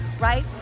right